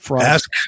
Ask